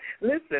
Listen